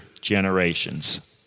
generations